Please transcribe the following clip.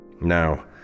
Now